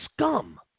scum